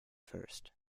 first